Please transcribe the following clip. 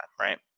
Right